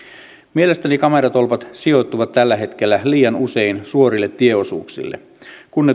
mielestäni kameratolpat sijoittuvat tällä hetkellä liian usein suorille tieosuuksille kun